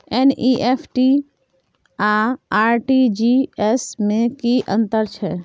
NEFT आ RTGS में की अन्तर छै?